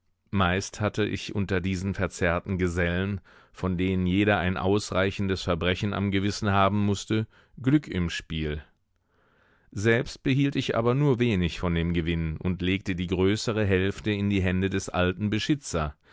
meist hatte ich unter diesen verzerrten gesellen von denen jeder ein ausreichendes verbrechen am gewissen haben mußte glück im spiel selbst behielt ich aber nur wenig von dem gewinn und legte die größere hälfte in die hände des alten beschitzer